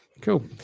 cool